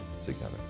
together